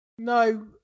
No